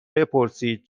بپرسید